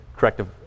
corrective